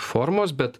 formos bet